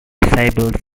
disabled